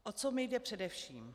O co mi jde především?